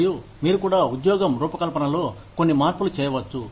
మరియు మీరు కూడా ఉద్యోగం రూపకల్పనలో కొన్ని మార్పులు చేయవచ్చు